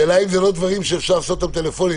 השאלה אם זה לא דברים שאפשר לעשות טלפונית.